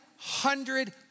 Hundred